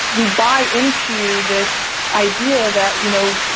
we buy into this idea that, you know,